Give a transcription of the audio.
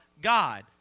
God